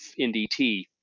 NDT